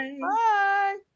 Bye